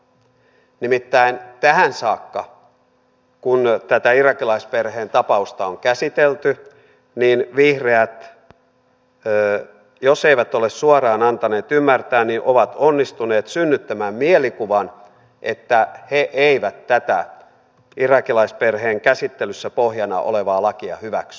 nimittäin tähän saakka vihreät kun tätä irakilaisperheen tapausta on käsitelty jos eivät ole suoraan antaneet ymmärtää ovat kuitenkin onnistuneet synnyttämään mielikuvan että he eivät tätä irakilaisperheen käsittelyssä pohjana olevaa lakia hyväksy